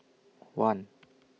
one